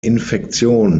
infektion